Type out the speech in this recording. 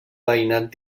veïnat